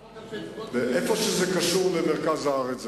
איפה שזה קשור במרכז הארץ,